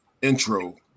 intro